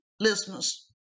listeners